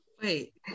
Wait